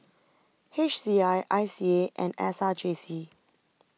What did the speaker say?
H C I I C A and S R J C